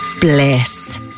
Bliss